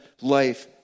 life